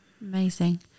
Amazing